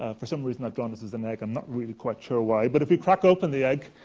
ah for some reason, i've drawn this as an egg, i'm not really quite sure why. but if you crack open the egg,